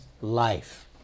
life